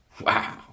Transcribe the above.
Wow